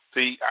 See